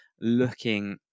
looking